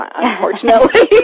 unfortunately